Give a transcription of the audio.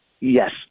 Yes